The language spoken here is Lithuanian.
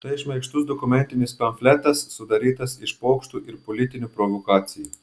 tai šmaikštus dokumentinis pamfletas sudarytas iš pokštų ir politinių provokacijų